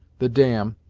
the dam,